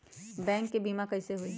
Bank से बिमा कईसे होई?